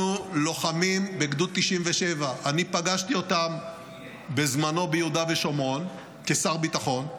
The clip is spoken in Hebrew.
לוחמים בגדוד 97. אני פגשתי אותם בזמנו ביהודה ושומרון כשר ביטחון,